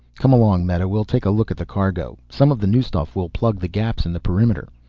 come along, meta, we'll take a look at the cargo. some of the new stuff will plug the gaps in the perimeter.